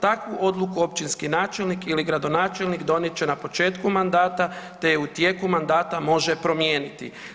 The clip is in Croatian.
Takvu odluku općinski načelnik ili gradonačelnik donijet će na početku mandata te je u tijeku mandata može promijeniti.